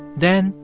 then,